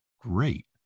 great